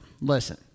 Listen